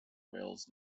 wales